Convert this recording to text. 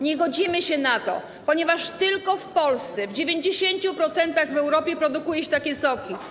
Nie godzimy się na to, ponieważ tylko w Polsce w 90% w Europie produkuje się takie soki.